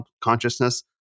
consciousness